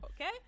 okay